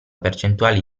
percentuali